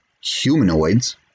humanoids